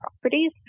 properties